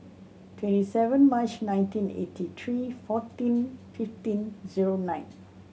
twenty seven March nineteen eighty three fourteen fifteen zero nine